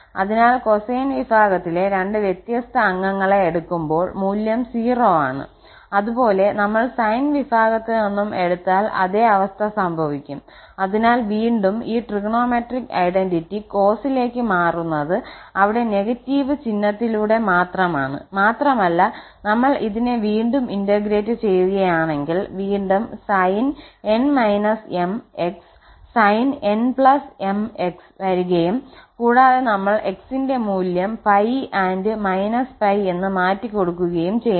അതിനാൽ കൊസൈൻ വിഭാഗത്തിലെ രണ്ട് വ്യത്യസ്ത അംഗങ്ങളെ എടുക്കുമ്പോൾ മൂല്യം 0 ആണ് അതുപോലെ നമ്മൾ സൈൻ വിഭാഗത്തിൽ നിന്നും എടുത്താൽ അതേ അവസ്ഥ സംഭവിക്കും അതിനാൽ വീണ്ടും ഈ ട്രിഗണോമെട്രിക് ഐഡന്റിറ്റി കോസിലേക്ക് മാറുന്നത് അവിടെ നെഗറ്റീവ് ചിഹ്നത്തിലൂടെ മാത്രമാണ് മാത്രമല് നമ്മൾ ഇതിനെ വീണ്ടും ഇന്റഗ്രേറ്റ് ചെയ്യുകയാണെങ്കിൽ വീണ്ടും sin𝑛 − 𝑚 𝑥 sin𝑛 𝑚 𝑥 വരികയും കൂടാതെ നമ്മൾ 𝑥 ന്റെ മൂല്യം 𝜋 −𝜋 എന്ന് മാറ്റികൊടുക്കുകയും ചെയ്യണം